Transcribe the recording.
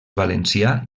valencià